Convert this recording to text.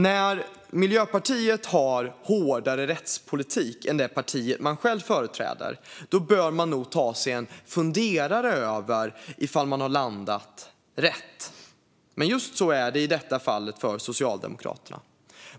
När Miljöpartiet har hårdare rättspolitik än det parti man själv företräder bör man nog ta sig en funderare över om man har landat rätt. Just så är det i detta fall för Socialdemokraterna.